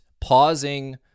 pausing